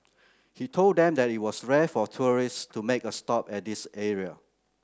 he told them that it was rare for tourists to make a stop at this area